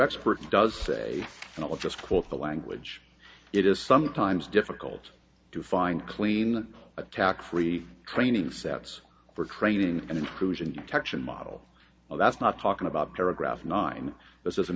expert does say and i'll just quote the language it is sometimes difficult to find clean attack free training sets for training and intrusion detection model well that's not talking about paragraph nine this is an